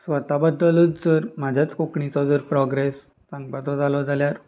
स्वता बद्दलूच जर म्हज्याच कोंकणीचो जर प्रोग्रेस सांगपाचो जालो जाल्यार